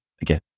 again